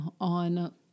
on